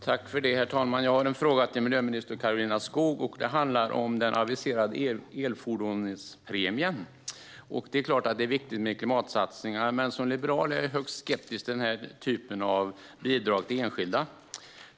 Herr talman! Jag har en fråga till miljöminister Karolina Skog. Det handlar om den aviserade elfordonspremien. Det är klart att det är viktigt med klimatsatsningar, men som liberal är jag högst skeptisk till den typen av bidrag till enskilda.